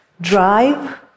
drive